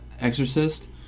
exorcist